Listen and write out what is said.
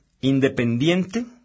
independiente